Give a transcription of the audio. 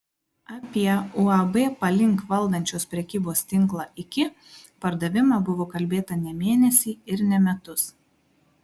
apie uab palink valdančios prekybos tinklą iki pardavimą buvo kalbėta ne mėnesį ir ne metus